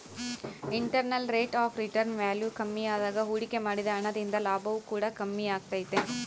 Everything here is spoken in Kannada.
internal rate of return value ಕಮ್ಮಿಯಾದಾಗ ಹೂಡಿಕೆ ಮಾಡಿದ ಹಣ ದಿಂದ ಲಾಭವು ಕೂಡ ಕಮ್ಮಿಯಾಗೆ ತೈತೆ